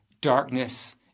darkness